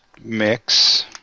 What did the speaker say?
mix